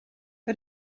bei